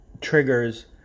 triggers